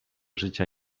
życia